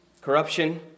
Corruption